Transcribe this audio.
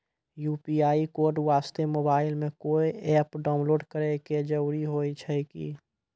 UPI code वास्ते mobile मे कोय एप्प डाउनलोड करे के जरूरी होय छै की?